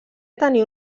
tenir